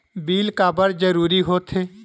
Bill काबर जरूरी होथे?